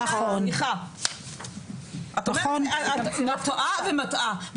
רויטל, סליחה, את טועה ומטעה.